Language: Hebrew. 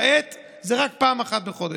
כעת זה רק פעם אחת בחודש,